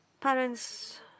Parents